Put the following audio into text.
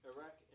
Iraq